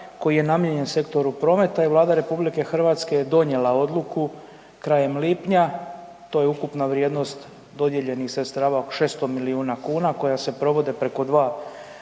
koji je namijenjen sektoru prometa, i Vlada RH je donijela odluku krajem lipnja, to je ukupna vrijednost dodijeljenih sredstava 600 milijuna kuna koji se provode preko 2, preko